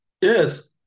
Yes